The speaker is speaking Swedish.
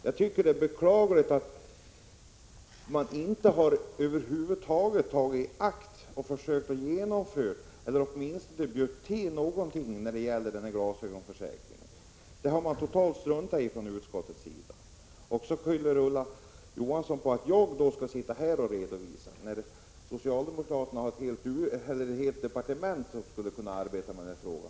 Jag tycker att det är beklagligt att man över huvud taget inte har tagit upp frågan om glasögonförsäkring eller ens bjudit till. Den här försäkringen har utskottet totalt struntat i. Så säger Ulla Johansson att jag borde stå här och redovisa kostnaderna, trots att socialdemokraterna har ett helt departement som skulle kunna arbeta med den här frågan.